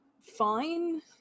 fine